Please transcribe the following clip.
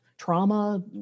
trauma